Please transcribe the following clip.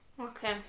Okay